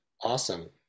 awesome